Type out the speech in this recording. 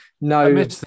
no